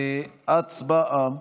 הצבעה.